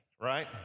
right